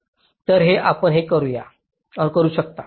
तर हे आपण हे करू शकता